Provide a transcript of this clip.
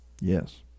Yes